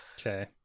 Okay